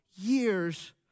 years